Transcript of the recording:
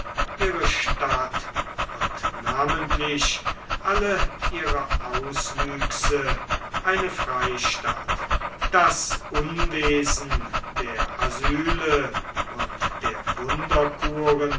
ihre statt und namentlich alle ihre auswüchse eine freistatt das unwesen der asyle und der